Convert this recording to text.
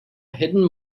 hidden